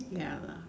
ya lah